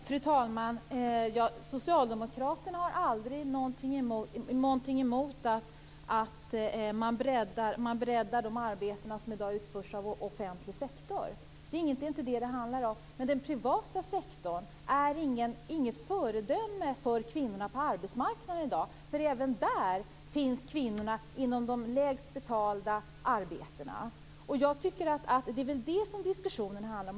Fru talman! Socialdemokraterna har aldrig någonting emot att man breddar de arbeten som i dag utförs i offentlig sektor. Det är inte detta det handlar om. Den privata sektorn är inget föredöme för kvinnorna på arbetsmarknaden i dag. Även där finns kvinnorna i de lägst betalda arbetena. Det är väl det som diskussionen handlar om.